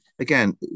again